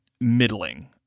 middling